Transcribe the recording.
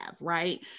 right